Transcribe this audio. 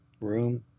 room